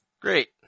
Great